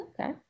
Okay